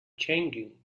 changing